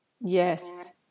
Yes